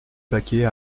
paquet